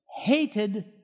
hated